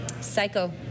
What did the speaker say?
Psycho